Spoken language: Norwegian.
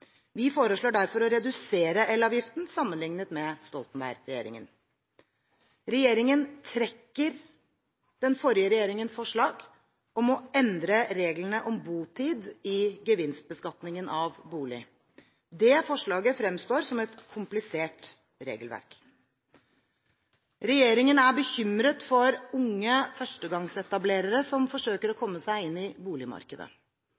Vi foreslår derfor å redusere elavgiften sammenlignet med Stoltenberg-regjeringen. Regjeringen trekker den forrige regjeringens forslag om å endre reglene om botid i gevinstbeskatningen av bolig. Det forslaget fremstår som et komplisert regelverk. Regjeringen er bekymret for unge førstegangsetablerere som forsøker å komme seg inn på boligmarkedet.